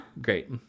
Great